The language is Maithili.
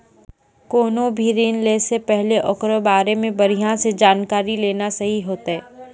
कोनो भी ऋण लै से पहिले ओकरा बारे मे बढ़िया से जानकारी लेना सही होतै